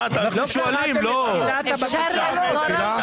אף אחד לא שונא אף אחד כאן.